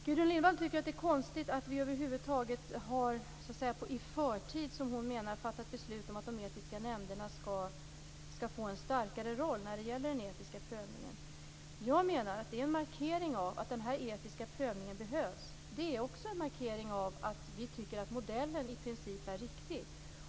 Gudrun Lindvall tycker att det är konstigt att vi över huvud taget har, i förtid som hon menar, fattat beslut om att de etiska nämnderna skall ha en starkare roll när det gäller den etiska prövningen. Jag menar att det är en markering av att den etiska prövningen behövs. Det är också en markering av att vi tycker att modellen i princip är riktig.